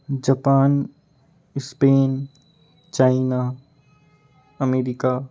Japan Spain China America